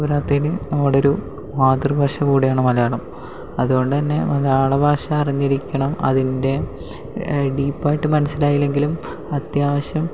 പോരാത്തതിന് നമ്മുടെ ഒരു മാതൃഭാഷ കൂടിയാണ് മലയാളം അതുകൊണ്ട് തന്നെ മലയാള ഭാഷ അറിഞ്ഞിരിക്കണം അതിൻ്റെ ഡീപ്പായിട്ട് മനസ്സിലായില്ലങ്കിലും അത്യാവശ്യം